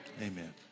Amen